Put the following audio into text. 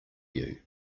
you